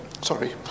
sorry